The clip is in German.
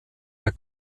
der